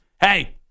hey